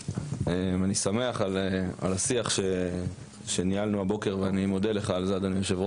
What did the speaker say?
אני שמח על השיח שניהלנו הבוקר ואני מודה לך על כך.